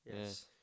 Yes